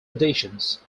editions